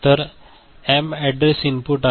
तर M address input आहे